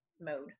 mode